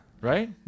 Right